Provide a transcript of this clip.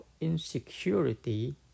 insecurity